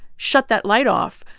shut that light off,